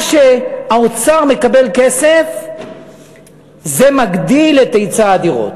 מה שהאוצר מקבל כסף, זה מגדיל את היצע הדירות,